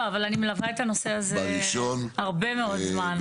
לא, אבל אני מלווה את הנושא הזה הרבה מאוד זמן.